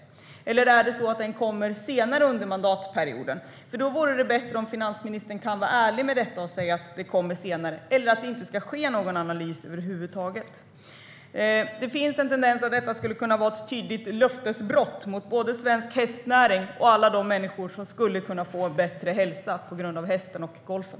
Eller kommer den senare under mandatperioden? Då vore det bättre om finansministern kunde vara ärlig med detta och säga att den kommer senare eller att det inte ska ske någon analys över huvud taget. Det finns en tendens till ett tydligt löftesbrott mot både svensk hästnäring och alla de människor som skulle kunna få bättre hälsa tack vare hästen och golfen.